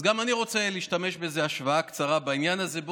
אז גם אני רוצה להשתמש באיזו השוואה קצרה בעניין הזה.